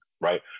right